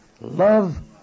Love